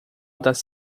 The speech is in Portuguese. das